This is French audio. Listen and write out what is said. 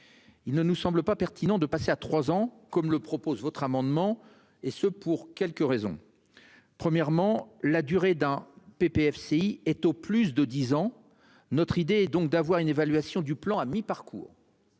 Il ne me semble pas pertinent de passer à trois ans, comme tend à le prévoir cet amendement, et ce pour plusieurs raisons. Tout d'abord, la durée d'un PPFCI est au plus de dix ans : notre idée est donc d'avoir une évaluation du plan à mi-parcours.